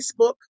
Facebook